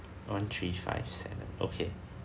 one three five seven okay